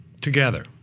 Together